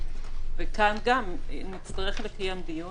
כאן גם נצטרך לקיים דיון.